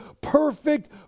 perfect